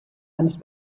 eines